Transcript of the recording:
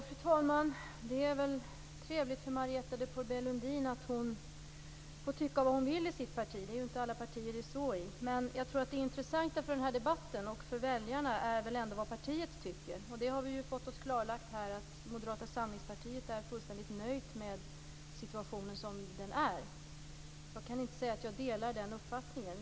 Fru talman! Det är väl trevligt för Marietta de Pourbaix-Lundin att hon får tycka vad hon vill i sitt parti. Det är ju inte alla partier det är så i. Men det intressanta för den här debatten och för väljarna är väl ändå vad partiet tycker, och här har vi ju fått klarlagt att Moderata samlingspartiet är fullständigt nöjt med situationen som den är. Jag kan inte säga att jag delar den uppfattningen.